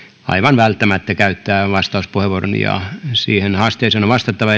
aivan välttämättä käyttää vastuspuheenvuoron ja siihen haasteeseen on vastattava